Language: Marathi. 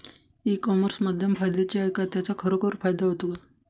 ई कॉमर्स माध्यम फायद्याचे आहे का? त्याचा खरोखर फायदा होतो का?